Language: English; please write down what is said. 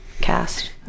cast